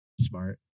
smart